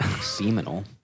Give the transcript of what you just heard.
Seminal